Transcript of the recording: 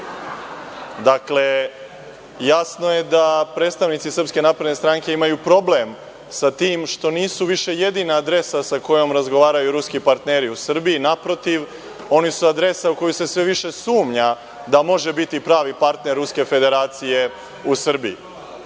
jasno je da predstavnici SNS imaju problem sa tim što nisu više jedina adresa kojom razgovaraju ruski partneri u Srbiji. Naprotiv. Oni su adresa u koju se sve više sumnja da može biti pravi partner Ruske Federacije u